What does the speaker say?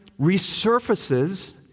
resurfaces